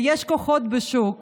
יש כוחות בשוק